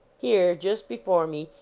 here, just before me,